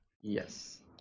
Yes